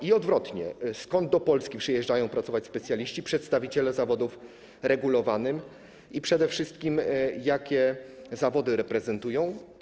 I odwrotnie, skąd do Polski przyjeżdżają pracować specjaliści, przedstawiciele zawodów regulowanych i przede wszystkim, jakie zawody reprezentują?